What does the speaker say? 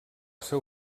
seu